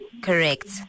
correct